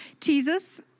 Jesus